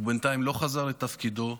הוא בינתיים לא חזר לתפקידו,